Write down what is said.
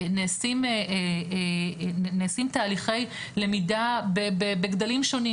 נעשים תהליכי למידה בגדלים שונים,